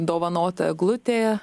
dovanota eglutė